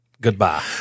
Goodbye